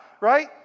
right